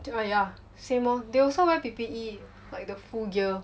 yeah same lor they also wear P_P_E like the full gear